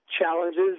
challenges